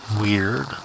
weird